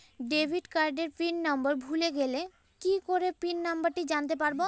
Debit কার্ডের pin number ভুলে গেলে কি করে পিন নম্বরটি জানতে পারবো?